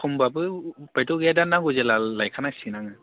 खमबाबो उफायथ' गैया दा नांगौ जेब्ला लायखानांसिगोन आङो